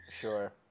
Sure